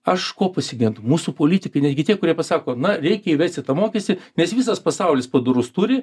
aš ko pasigendu mūsų politikai netgi tie kurie pasako na reikia įvesti tą mokestį nes visas pasaulis padorus turi